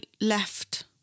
left